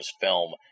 film